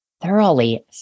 thoroughly